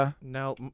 Now